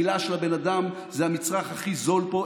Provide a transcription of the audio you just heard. מילה של הבן אדם זה המצרך הכי זול פה.